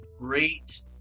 great